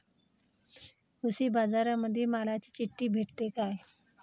कृषीबाजारामंदी मालाची चिट्ठी भेटते काय?